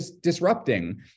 disrupting